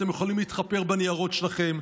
אתם יכולים להתחפר בניירות שלכם,